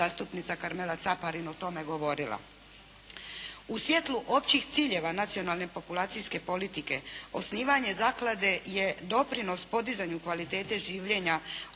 vam je uvijek